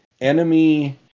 enemy